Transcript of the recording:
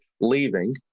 leaving